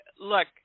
look